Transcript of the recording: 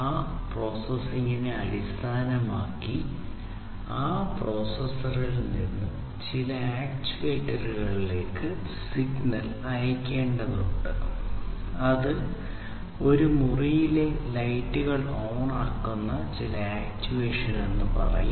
ആ പ്രോസസിംഗിനെ അടിസ്ഥാനമാക്കി ആ പ്രോസസ്സറിൽ നിന്ന് ചില ആക്ചുവേറ്ററിലേക്ക് സിഗ്നൽ അയയ്ക്കേണ്ടതുണ്ട് അത് ഒരു മുറിയിലെ ലൈറ്റുകൾ ഓണാക്കുന്ന ചില ആക്റ്റുവേഷൻ ചെയ്യും